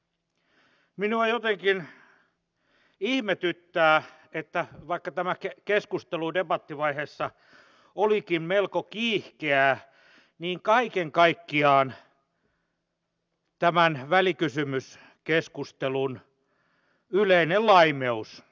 minua jotenkin ihmetyttää vaikka tämä keskustelu debattivaiheessa olikin melko kiihkeää kaiken kaikkiaan tämän välikysymyskeskustelun yleinen laimeus